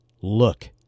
look